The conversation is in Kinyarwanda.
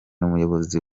umuyobozi